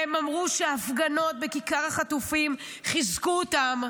והן אמרו שההפגנות בכיכר החטופים חיזקו אותם.